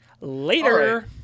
Later